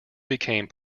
became